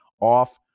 off